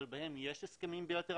אבל בהם יש הסכמים בילטרליים,